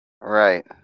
right